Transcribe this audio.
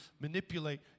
manipulate